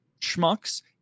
schmucks